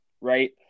right